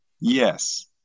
Yes